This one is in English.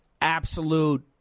absolute